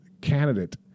candidate